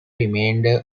remainder